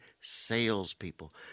salespeople